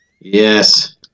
Yes